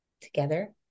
together